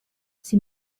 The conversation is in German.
sie